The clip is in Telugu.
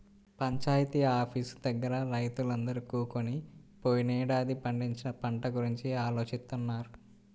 పంచాయితీ ఆఫీసు దగ్గర రైతులందరూ కూకొని పోయినేడాది పండించిన పంట గురించి ఆలోచిత్తన్నారు